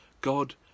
God